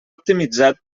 optimitzat